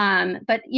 um but you